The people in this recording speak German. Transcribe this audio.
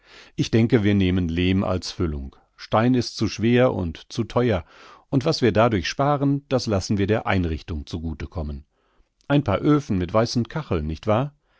ich denke wir nehmen lehm als füllung stein ist zu schwer und zu theuer und was wir dadurch sparen das lassen wir der einrichtung zu gute kommen ein paar öfen mit weißen kacheln nicht wahr